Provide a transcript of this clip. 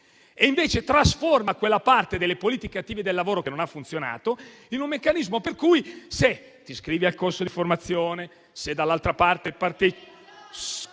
e trasforma quella parte delle politiche attive del lavoro che non ha funzionato in un meccanismo per cui se ti iscrivi al corso di formazione, se dall'altra parte...